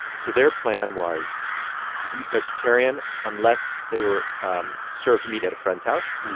so their plan was to eat vegetarian unless they were um served meat at a friend's house,